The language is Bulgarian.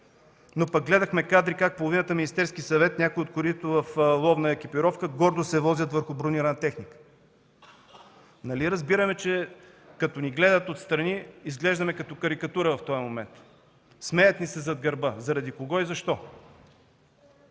но пък гледахме кадри как половината Министерски съвет, някои дори в ловна екипировка, гордо се возят в бронирана техника. Нали разбирате, че като ни гледат отстрани, изглеждаме като карикатура в този момент. Смеят ни се зад гърба. Заради кого и защо?!